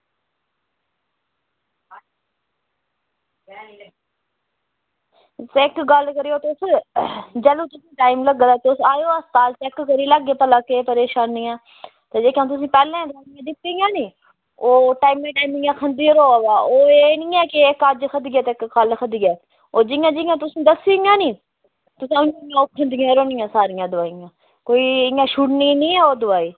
इक्क गल्ल करेओ तुस जागत अगर टैम लग्गग ते तुस आयो अस्ताल ते तुसेंगी चैक करी लैगे भला केह् परेशानी ऐ ते जेह्कियां तुसेंगी पैह्लें दोआइयां दित्ती दियां नी ओह् टाईम टू टाईम खंदे रवो ते ओह् एह् निं ऐ कि इक्क अज्ज खाद्धी ते इक्क कल्ल खाओ ओह् जियां जियां तुसेंगी दस्सी दियां नी तुसें उयां ओह् खंदियां रौह्नियां सारियां दोआइयां कोई इंया छुड़नी निं ओह् दोआई